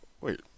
wait